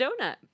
donut